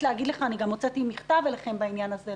להגיד לך אני גם הוצאתי מכתב אליכם בעניין הזה,